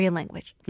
language